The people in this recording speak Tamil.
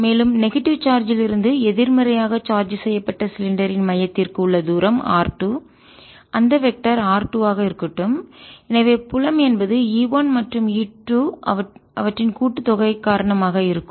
மேலும் நெகட்டிவ் எதிர்மறைசார்ஜ் லிருந்து எதிர்மறையாக சார்ஜ் செய்யப்பட்ட சிலிண்டரின் மையத்திற்கு உள்ள தூரம் R2 அந்த வெக்டர் R 2 ஆக இருக்கட்டும் எனவே புலம் என்பது E 1 மற்றும் E2 அவற்றின் கூட்டு தொகை காரணமாக இருக்கும்